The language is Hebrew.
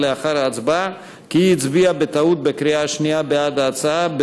לאחר ההצבעה כי היא הצביעה בטעות בקריאה השנייה בעד ההצעה,